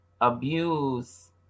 abuse